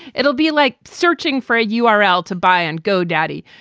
it'll be like searching for a you are all to buy and go daddy.